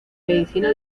medicina